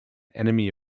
enemy